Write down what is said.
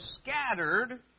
scattered